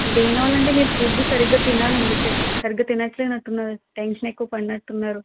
దేనివల్ల అంటే మీరు ఫుడ్డు సరిగ్గా తినాలండి తి సరిగ్గా తినట్లేనట్టున్నారు టెన్షన్ ఎక్కువ పడినట్టు ఉన్నారు